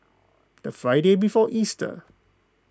the Friday before Easter